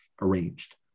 arranged